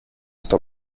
στο